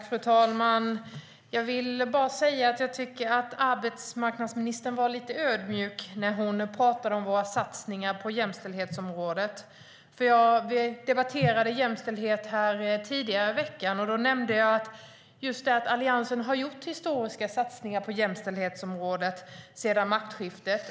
Fru talman! Jag tycker att arbetsmarknadsministern var ödmjuk när hon pratade om våra satsningar på jämställdhetsområdet. Vi debatterade jämställdhet här tidigare i veckan, och då nämnde jag att Alliansen har gjort historiska satsningar på jämställdhetsområdet sedan maktskiftet.